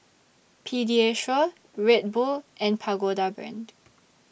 Pediasure Red Bull and Pagoda Brand